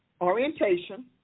Orientation